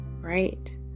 Right